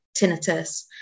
tinnitus